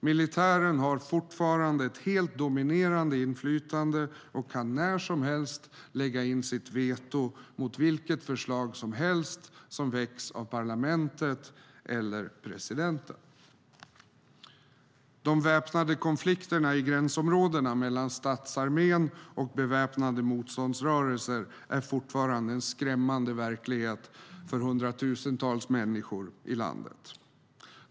Militären har fortfarande ett helt dominerande inflytande och kan när som helst lägga in sitt veto mot vilket förslag som helst som väcks av parlamentet eller presidenten. De väpnade konflikterna i gränsområdena mellan statsarmén och beväpnade motståndsrörelser är fortfarande en skrämmande verklighet för hundratusentals människor i landet.